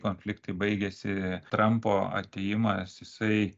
konfliktai baigėsi trampo atėjimas jisai